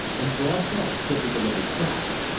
and broad belt typical of his craft.